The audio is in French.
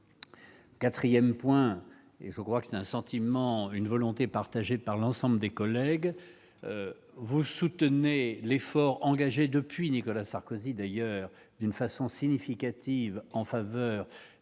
4ème point et je crois que c'est un sentiment, une volonté partagée par l'ensemble des collègues vous soutenez l'effort engagé depuis Nicolas Sarkozy d'ailleurs d'une façon significative en faveur